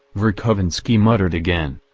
verkovensky muttered again.